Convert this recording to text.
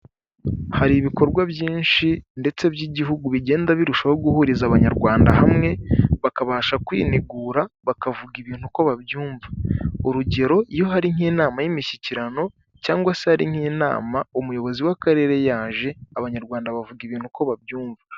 Hari ibikorwa byinshi ndetse by'igihugu bigenda birushaho guhuriza Abanyarwanda hamwe bakabasha kwinigura bakavuga ibintu uko babyumva. Urugero iyo hari nk'inama y'imushyikirano cyangwa se ari nk'inama umuyobozi w'akarere yaje Abanyarwanda bavuga ibintu uko babyumva.